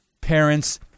parents